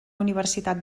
universitat